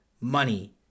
money